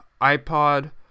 iPod